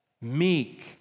meek